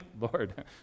Lord